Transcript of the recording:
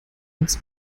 uns